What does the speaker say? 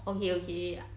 okay okay